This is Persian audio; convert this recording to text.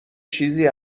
چیزی